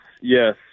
yes